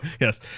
Yes